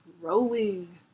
growing